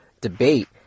debate